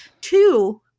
two